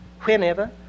Whenever